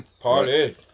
Party